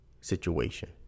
situation